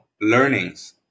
learnings